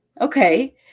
Okay